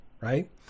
right